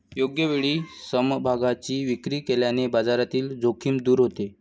योग्य वेळी समभागांची विक्री केल्याने बाजारातील जोखीम दूर होते